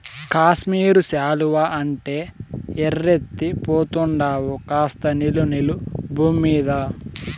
కాశ్మీరు శాలువా అంటే ఎర్రెత్తి పోతండావు కాస్త నిలు నిలు బూమ్మీద